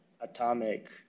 atomic